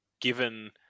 given